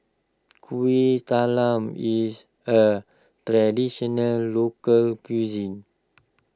Kueh Talam is a Traditional Local Cuisine